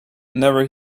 never